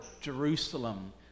Jerusalem